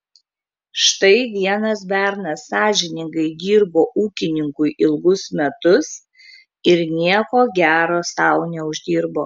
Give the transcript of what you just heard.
štai vienas bernas sąžiningai dirbo ūkininkui ilgus metus ir nieko gero sau neuždirbo